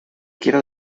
quiero